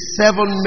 seven